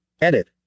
edit